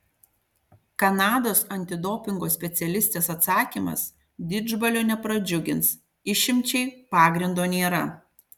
kanados antidopingo specialistės atsakymas didžbalio nepradžiugins išimčiai pagrindo nėra